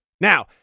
Now